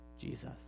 Jesus